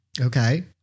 Okay